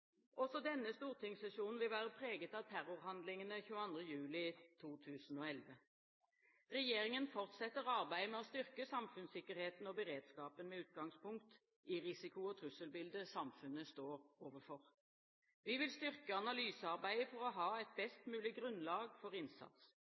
Også denne stortingssesjonen vil være preget av terrorhandlingene 22. juli 2011. Regjeringen fortsetter arbeidet med å styrke samfunnssikkerheten og beredskapen, med utgangspunkt i risiko- og trusselbildet samfunnet står overfor. Vi vil styrke analysearbeidet for å ha et